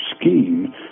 scheme